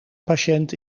patiënt